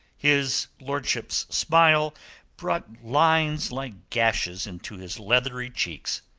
his lordship's smile brought lines like gashes into his leathery cheeks.